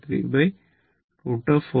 16j0